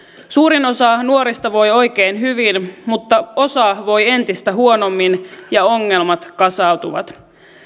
suurin osa nuorista voi oikein hyvin mutta osa voi entistä huonommin ja ongelmat kasautuvat